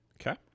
Okay